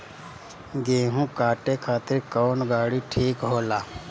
गेहूं काटे खातिर कौन गाड़ी ठीक होला?